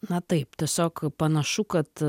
na taip tiesiog panašu kad